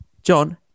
John